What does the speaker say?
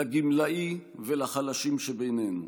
לגמלאי ולחלשים שבינינו.